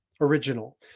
original